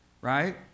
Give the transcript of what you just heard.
right